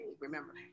remember